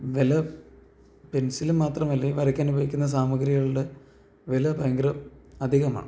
വില പെൻസില് മാത്രമല്ല ഈ വരയ്ക്കാനുപയോഗിക്കുന്ന സാമഗ്രികളുടെ വില ഭയങ്കരം അധികമാണ്